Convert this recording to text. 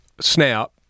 SNAP